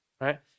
right